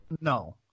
No